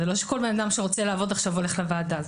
זה שכל בן אדם שרוצה לעבוד עכשיו, הולך לוועדה.